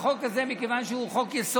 לחוק הזה, מכיוון שהוא חוק-יסוד,